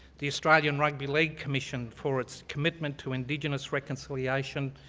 the australian rugby league commission for its commitment to indigenous reconciliation,